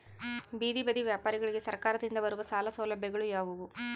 ಬೇದಿ ಬದಿ ವ್ಯಾಪಾರಗಳಿಗೆ ಸರಕಾರದಿಂದ ಬರುವ ಸಾಲ ಸೌಲಭ್ಯಗಳು ಯಾವುವು?